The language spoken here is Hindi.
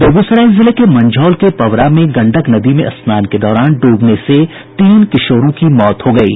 बेगूसराय जिले के मंझौल के पवरा में गंडक नदी में स्नान के दौरान डूबने से तीन किशोरों की मौत हो गयी